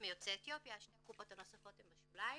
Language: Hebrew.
מיוצאי אתיופיה, שתי הקופות הנוספות הן בשוליים.